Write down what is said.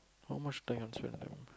how much time